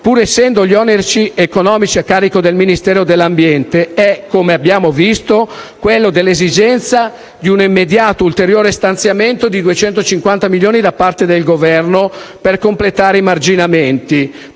pur essendo gli oneri economici a carico del Ministero dell'ambiente - è rappresentato dall'esigenza di un immediato ulteriore stanziamento di 250 milioni da parte del Governo per completare i marginamenti;